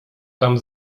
tam